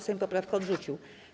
Sejm poprawkę odrzucił.